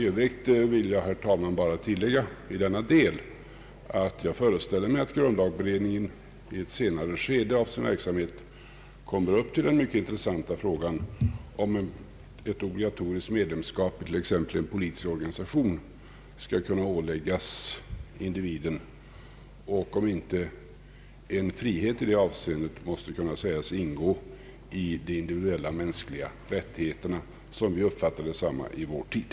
I övrigt vill jag bara tillägga i detta sammanhang, herr talman, att jag föreställer mig att grundlagberedningen i ett senare skede av sin verksamhet kommer fram till den mycket intressanta frågan, om ett obligatoriskt medlemskap i t.ex. en politisk organisation skall kunna åläggas individen eller om inte en frihet i det avseendet måste anses ingå i de individuella mänskliga rättigheterna så som vi uppfattar desamma i vår tid.